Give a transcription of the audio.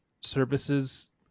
services